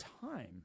time